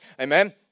amen